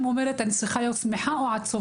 שואלת את עצמי אם אני צריכה להיות שמחה או עצובה?